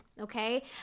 okay